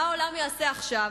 מה העולם יעשה עכשיו?